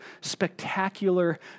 spectacular